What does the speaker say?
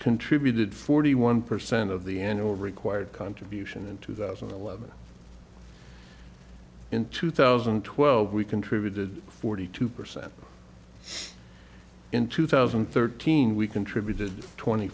contributed forty one percent of the annual required contribution in two thousand and eleven in two thousand and twelve we contributed forty two percent in two thousand and thirteen we contributed twenty